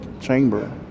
chamber